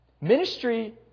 Ministry